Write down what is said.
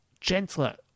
gentler